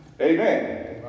Amen